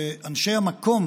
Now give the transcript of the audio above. כולל אנשי האזור והרשויות